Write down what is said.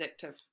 addictive